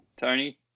tony